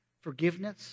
forgiveness